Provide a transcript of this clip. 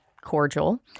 cordial